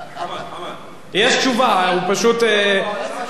יש תשובה, פשוט, אני מאוד מבקש, בוא, בוא.